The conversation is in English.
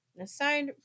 Aside